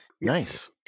Nice